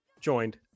joined